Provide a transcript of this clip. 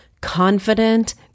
confident